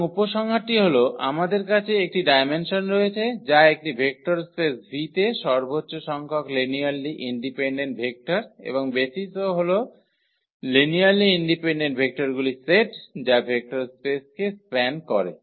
সুতরাং উপসংহারটি হল আমাদের কাছে একটি ডায়মেনসন রয়েছে যা একটি ভেক্টর স্পেস 𝑉 তে সর্বোচ্চ স্ংখ্যক লিনিয়ারলি ইন্ডিপেনডেন্ট ভেক্টর এবং বেসিসও হল লিনিয়ারলি ইন্ডিপেনডেন্ট ভেক্টরগুলির সেট যা ভেক্টর স্পেসকে স্প্যান করে